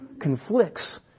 conflicts